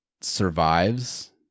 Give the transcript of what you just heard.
survives